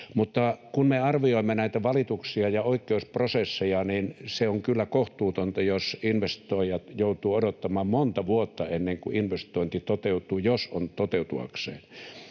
Kun me arvioimme näitä valituksia ja oikeusprosesseja, niin se on kyllä kohtuutonta, jos investoijat joutuvat odottamaan monta vuotta ennen kuin investointi toteutuu, jos on toteutuakseen.